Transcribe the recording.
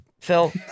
Phil